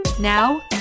Now